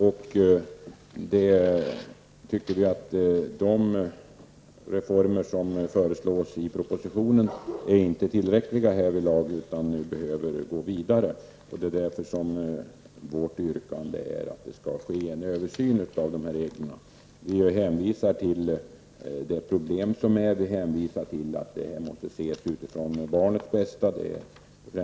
Vi tycker att de reformer som föreslås i propositionen inte är tillräckliga härvidlag, utan man behöver gå vidare. Därför är vårt yrkande att det skall ske en översyn av dessa regler. Vi hänvisar till de problem som finns och framhåller att frågan främst måste ses utifrån barnets bästa.